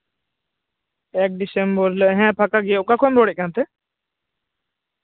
ᱮᱠ ᱰᱤᱥᱮᱢᱵᱚᱨ ᱦᱤᱞᱳᱜ ᱦᱮᱸ ᱯᱷᱟᱠᱟ ᱜᱤᱭᱟᱹᱧ ᱚᱠᱟ ᱠᱷᱚᱱᱮᱢ ᱨᱚᱲᱮᱫ ᱠᱟᱱ ᱛᱮ